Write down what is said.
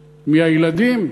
מהילדים,